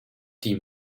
team